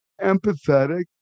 empathetic